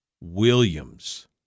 Williams